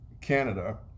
Canada